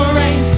rain